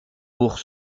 pour